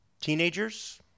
teenagers